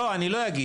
לא, אני לא אגיד.